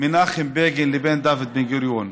מנחם בגין לבין דוד בן-גוריון.